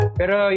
pero